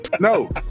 No